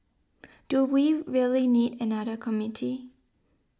do we really need another committee